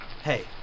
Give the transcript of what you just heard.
Hey